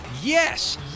Yes